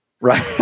Right